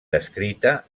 descrita